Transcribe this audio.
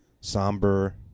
somber